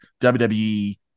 wwe